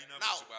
Now